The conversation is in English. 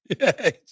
Yes